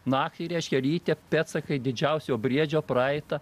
naktį reiškia ryte pėdsakai didžiausio briedžio praeita